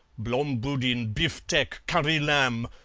blom boodin, biftek, currie lamb,